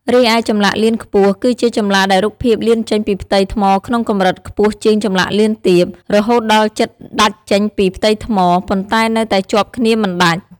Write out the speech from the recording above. រីឯចម្លាក់លៀនខ្ពស់ គឺជាចម្លាក់ដែលរូបភាពលៀនចេញពីផ្ទៃថ្មក្នុងកម្រិតខ្ពស់ជាងចម្លាក់លៀនទាប រហូតដល់ជិតដាច់ចេញពីផ្ទៃថ្ម ប៉ុន្តែនៅតែជាប់គ្នាមិនដាច់។